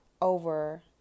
over